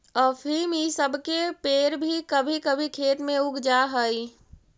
अफीम इ सब के पेड़ भी कभी कभी खेत में उग जा हई